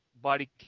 body